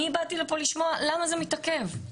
ואני באתי לפה לשמוע למה זה מתעכב,